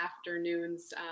afternoons